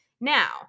Now